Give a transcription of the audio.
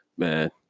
man